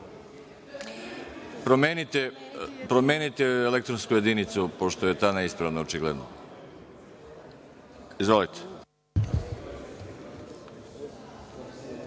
promenite elektronsku jedinicu, pošto je ta neispravna, očigledno. Izvolite.